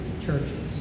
churches